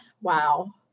wow